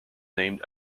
named